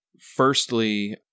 firstly